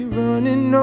running